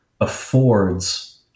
affords